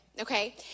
Okay